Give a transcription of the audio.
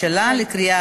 לביא,